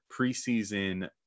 preseason